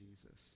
Jesus